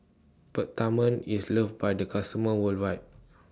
Peptamen IS loved By The customers worldwide